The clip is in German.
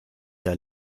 der